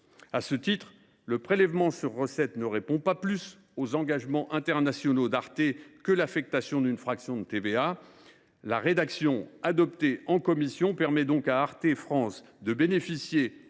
À ce titre, le PSR ne répond pas plus aux engagements internationaux d’Arte que l’affectation d’une fraction de TVA. La rédaction adoptée en commission permet donc à Arte France de bénéficier,